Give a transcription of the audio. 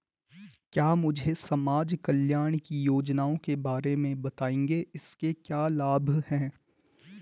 क्या मुझे समाज कल्याण की योजनाओं के बारे में बताएँगे इसके क्या लाभ हैं?